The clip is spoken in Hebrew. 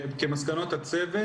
כמסקנות הצוות.